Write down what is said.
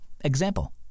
Example